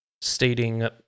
stating